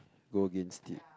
go against it